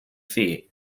feet